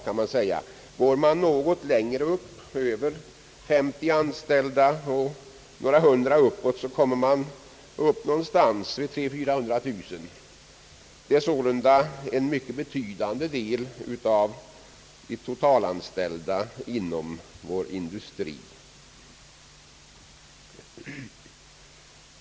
Tar man med företag med ännu fler anställda, t.ex. några hundra, kommer man upp till 300 000 å 400 000. Det är sålunda en mycket betydande del av det totala antalet anställda inom vår industri.